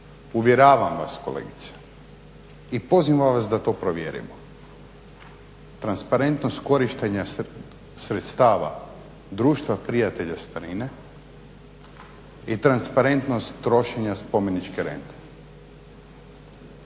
Uvjeravam vas kolegice i pozivam vas da to provjerimo transparentnost korištenja sredstava Društva prijatelja starine i transparentnost trošenja spomeničke rente,